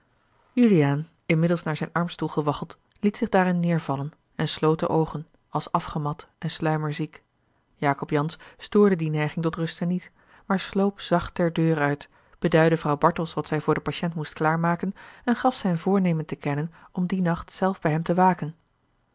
juliaan inmiddels naar zijn armstoel gewaggeld liet zich daarin neêrvallen en sloot de oogen als afgemat en sluimerziek jacob jansz stoorde die neiging tot ruste niet maar sloop zacht ter deur uit beduidde vrouw bartels wat zij voor den patiënt moest klaar maken en gaf zijn voornemen te kennen om dien nacht zelf bij hem te waken